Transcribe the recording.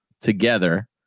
together